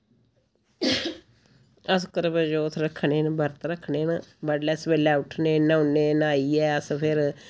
अस करवाचौथ रक्खने न बरत रक्खने न बड्डलै सवेलै उट्ठने न्हौने न्हाइयै अस